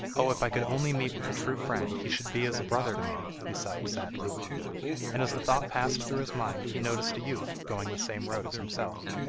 oh, if i could only meet with a true friend he should be as a brother to me he sighed sadly and as the thought passed through his mind, he noticed a youth going the same road as himself.